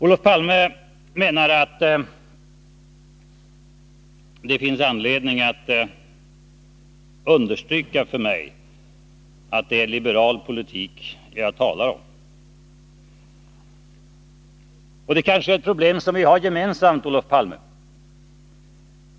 Olof Palme menade att det för mig finns anledning att understryka att det är liberal politik som jag talar om. Det kanske är ett problem som vi har gemensamt, Olof Palme.